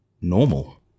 normal